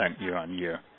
year-on-year